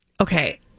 Okay